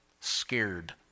scared